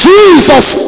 Jesus